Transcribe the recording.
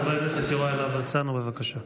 חבר הכנסת יוראי להב הרצנו, בבקשה.